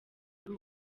ari